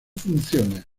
funciones